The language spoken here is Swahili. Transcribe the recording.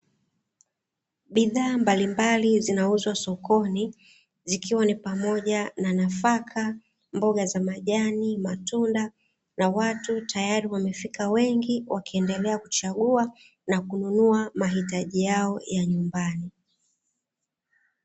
Bidhaa mbalimbali zinauzwa sokoni zikiwa ni pamoja na nafaka, mboga za majani, matunda na watu tayari wamefika wengi wakiendelea kuchagua na kununua mahitaji yao ya nyumbani.